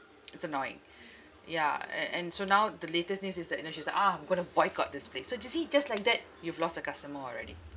it's annoying ya a~ and so now the latest news is that you know she's like ah I'm going to boycott this place so you see just like that you've lost a customer already